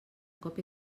cop